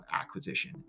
acquisition